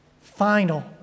final